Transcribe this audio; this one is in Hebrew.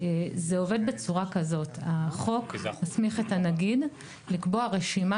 זה עובד בצורה כזאת: החוק מסמיך את הנגיד לקבוע רשימה